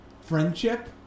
friendship